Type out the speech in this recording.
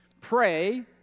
Pray